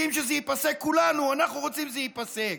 כולנו רוצים שזה ייפסק,